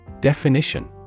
Definition